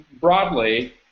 broadly